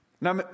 Now